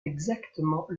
exactement